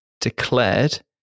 declared